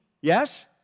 yes